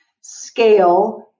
scale